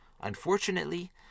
Unfortunately